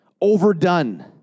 overdone